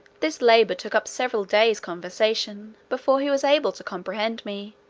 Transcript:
this labour took up several days' conversation, before he was able to comprehend me.